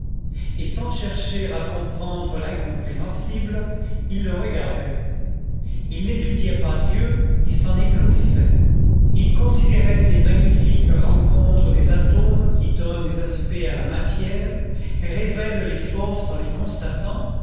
et sans chercher à comprendre l'incompréhensible il le regardait il n'étudiait pas dieu il s'en éblouissait il considérait ces magnifiques rencontres des atomes qui donnent des aspects à la matière révèlent les forces en les constatant